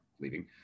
leaving